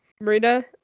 Marina